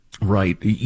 Right